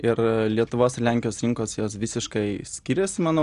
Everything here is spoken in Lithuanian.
ir lietuvos ir lenkijos rinkos jos visiškai skiriasi manau